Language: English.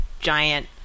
giant